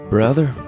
Brother